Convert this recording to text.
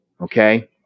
Okay